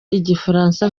igifaransa